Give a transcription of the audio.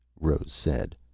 rose said.